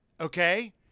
Okay